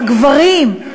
הגברים.